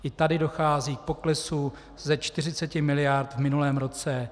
I tady dochází k poklesu ze 40 mld. v minulém roce.